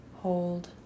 Hold